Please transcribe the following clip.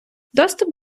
доступ